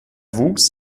wuchs